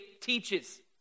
teaches